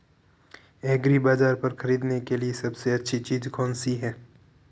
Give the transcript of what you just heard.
एग्रीबाज़ार पर खरीदने के लिए सबसे अच्छी चीज़ कौनसी है?